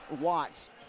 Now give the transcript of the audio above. Watts